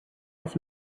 his